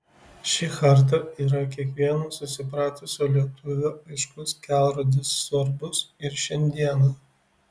ši charta yra kiekvieno susipratusio lietuvio aiškus kelrodis svarbus ir šiandieną